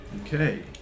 Okay